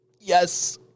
Yes